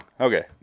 Okay